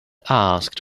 asked